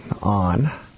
on